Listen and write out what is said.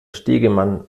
stegemann